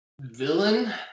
Villain